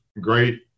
Great